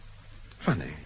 Funny